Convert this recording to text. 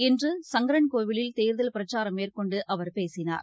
இன்று சங்கரன்கோவிலில் தேர்தல் பிரச்சாரம் மேற்கொண்டுஅவர் பேசினார்